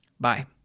Bye